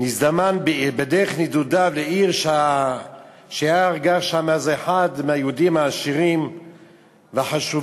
נזדמן בדרך נדודיו לעיר שגר בה אז אחד מהיהודים העשירים והחשובים,